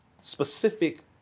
specific